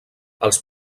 els